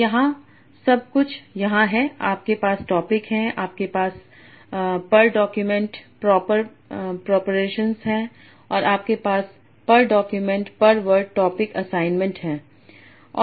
तो यहाँ सब कुछ यहाँ है आपके पास टॉपिक हैं आपके पास पर डॉक्यूमेंट प्रॉपर प्रोपोरशंस है और आपके पास पर डॉक्यूमेंट पर वर्ड टॉपिक असाइनमेंट भी है